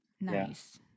nice